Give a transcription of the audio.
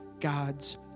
God's